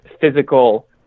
physical